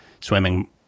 swimming